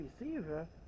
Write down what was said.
receiver